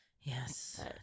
yes